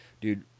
dude